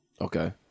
Okay